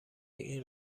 این